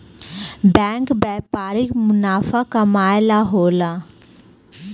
bank व्यापारिक मुनाफा कमाए ला होला